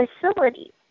facility